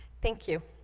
thank you